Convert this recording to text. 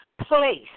place